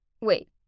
Wait